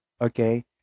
okay